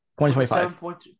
2025